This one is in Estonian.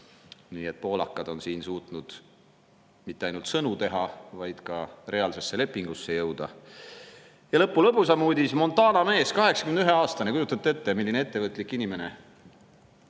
Nii et poolakad on suutnud mitte ainult [suuri] sõnu teha, vaid ka reaalsesse lepingusse jõuda. Ja lõppu lõbusam uudis. Montana mees, 81‑aastane – kujutate ette, milline ettevõtlik inimene